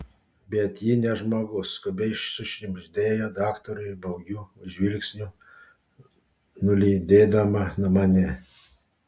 bet ji ne žmogus skubiai sušnibždėjo daktarui baugiu žvilgsniu nulydėdama mane